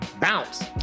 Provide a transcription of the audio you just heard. bounce